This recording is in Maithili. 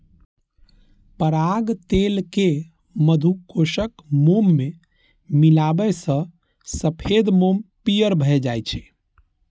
पराग तेल कें मधुकोशक मोम मे मिलाबै सं सफेद मोम पीयर भए जाइ छै